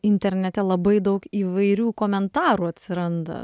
internete labai daug įvairių komentarų atsiranda